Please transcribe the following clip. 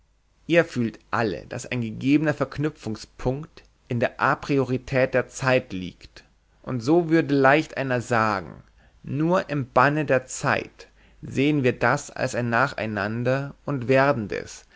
ihr fühlt alle daß ein gegebener verknüpfungspunkt in der apriorität der zeit liegt und so würde leicht einer sagen nur im banne der zeit sehen wir das als ein nacheinander und werdendes